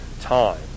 time